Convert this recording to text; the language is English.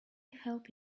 help